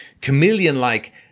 chameleon-like